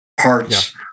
Parts